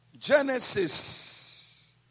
Genesis